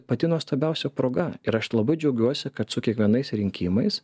pati nuostabiausia proga ir aš labai džiaugiuosi kad su kiekvienais rinkimais